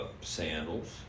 sandals